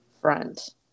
front